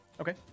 Okay